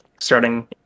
starting